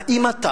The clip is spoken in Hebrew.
האם אתה